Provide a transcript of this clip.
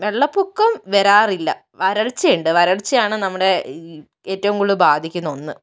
വെള്ളപൊക്കം വരാറില്ല വരള്ച്ചയുണ്ട് വരള്ച്ചയാണ് നമ്മുടെ ഈ ഏറ്റവും കൂടുതല് ബാധിക്കുന്ന ഒന്ന്